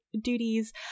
duties